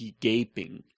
gaping